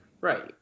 Right